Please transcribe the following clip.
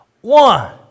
One